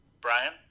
Brian